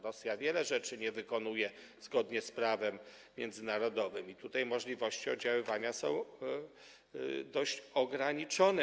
Rosja wielu rzeczy nie wykonuje zgodnie z prawem międzynarodowym i tutaj możliwości oddziaływania są dość ograniczone.